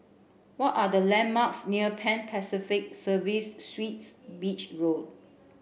what are the landmarks near Pan Pacific Serviced Suites Beach Road